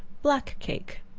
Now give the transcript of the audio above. black cake.